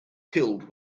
killed